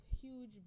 huge